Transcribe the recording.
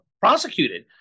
prosecuted